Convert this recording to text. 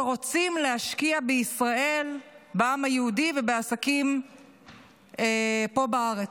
שרוצים להשקיע בישראל בעם היהודי ובעסקים פה בארץ.